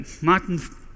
Martin